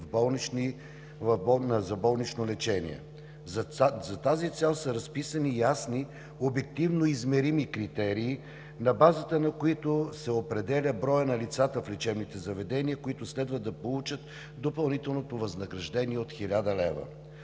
За тази цел са разписани ясни обективно измерими критерии, на базата на които се определя броят на лицата в лечебните заведения, които следва да получат допълнителното възнаграждение от 1000 лв.